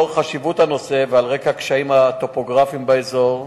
לאור חשיבות הנושא ועל רקע הקשיים הטופוגרפיים באזור,